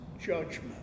judgment